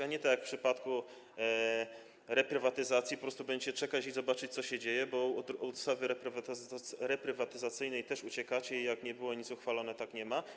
A nie, tak jak w przypadku reprywatyzacji, po prostu będziecie czekać, żeby zobaczyć, co się dzieje, bo od ustawy reprywatyzacyjnej też uciekacie i jak nie było nic uchwalone, tak nie jest.